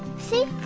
see?